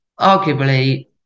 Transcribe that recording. Arguably